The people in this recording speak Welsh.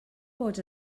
bod